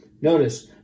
Notice